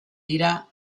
dira